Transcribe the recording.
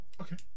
okay